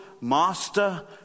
master